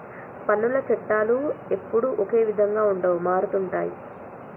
పన్నుల చట్టాలు ఎప్పుడూ ఒకే విధంగా ఉండవు మారుతుంటాయి